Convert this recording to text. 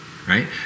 Right